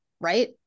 right